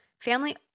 Family